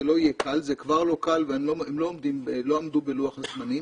זה כבר לא קל ולא עמדו בלוח הזמנים.